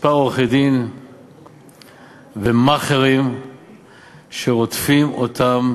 כמה עורכי-דין ומאכערים שרודפים אותם